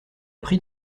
pris